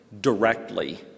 directly